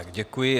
Děkuji.